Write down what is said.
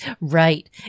right